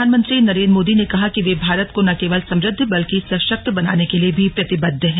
प्रधानमंत्री नरेन्द्र मोदी ने कहा कि वे भारत को न केवल समृद्ध बल्कि सशक्त बनाने के लिए भी प्रतिबद्ध हैं